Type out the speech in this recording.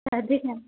अभिज्ञा